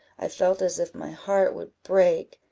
i felt as if my heart would break.